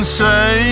say